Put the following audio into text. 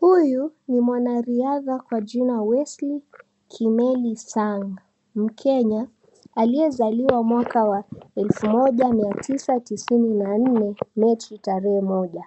Huyu ni mwanariadha kwa jina Wesley Kimeli Sang, mkenya aliyezaliwa mwaka wa elfu moja mia tisa tisini na nne machi tarehe moja.